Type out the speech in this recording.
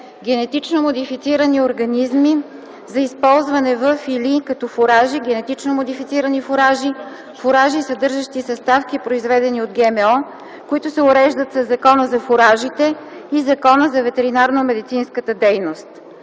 генетично модифицирани организми за използване във/или като фуражи, генетично модифицирани фуражи, фуражи, съдържащи съставки, произведени от ГМО, които се уреждат със Закона за фуражите и Закона за ветеринарномедицинската дейност;